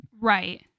Right